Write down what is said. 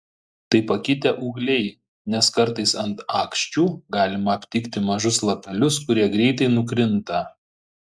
tai pakitę ūgliai nes kartais ant aksčių galima aptikti mažus lapelius kurie greitai nukrinta